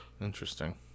Interesting